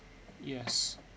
yes